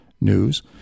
news